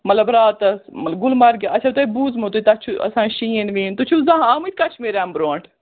مطلب راتَس مطل گُلمَرگہِ آسٮ۪و تۄہہِ بوٗزمُتے تَتہِ چھُ آسان شیٖن ویٖن تُہۍ چھِو زانٛہہ آمٕتۍ کشمیٖر اَمہِ برونٛٹھ